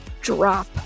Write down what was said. drop